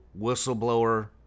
whistleblower